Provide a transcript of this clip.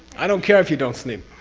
i don't care if you don't sleep.